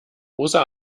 rosa